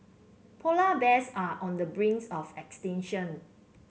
polar bears are on the brink of extinction